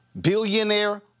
billionaire